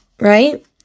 Right